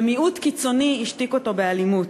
ומיעוט קיצוני השתיק אותו באלימות.